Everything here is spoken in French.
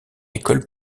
école